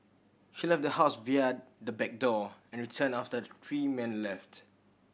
she left the house via the back door and returned after the three men left